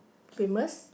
famous